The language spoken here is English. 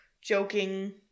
joking